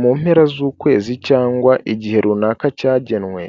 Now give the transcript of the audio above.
Mu mpera z'ukwezi cyangwa igihe runaka cyagenwe,